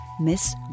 Miss